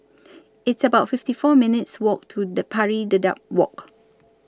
It's about fifty four minutes' Walk to Pari Dedap Walk